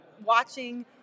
watching